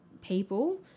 people